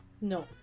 No